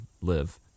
live